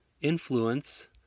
influence